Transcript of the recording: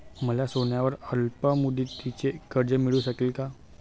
मला सोन्यावर अल्पमुदतीचे कर्ज मिळू शकेल का?